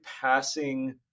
passing